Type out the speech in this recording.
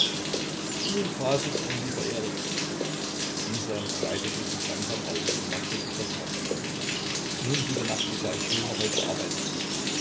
nun faselst du lieber erik isa kleidete sich langsam aus und machte sich das haar auf nun gute nacht isa ich will noch heute arbeiten